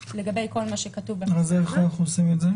לגבי כל מה שכתוב בתקנה 2. איך אנחנו עושים את זה?